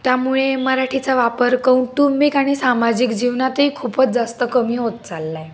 त्यामुळे मराठीचा वापर कौंटुंबिक आणि सामाजिक जीवनातही खूपच जास्त कमी होत चालला आहे